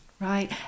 right